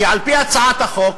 כי על-פי הצעת החוק,